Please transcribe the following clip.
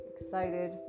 excited